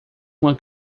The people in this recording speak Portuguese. uma